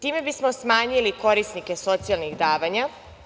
Time bismo smanjili korisnike socijalnih davanja.